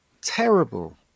Terrible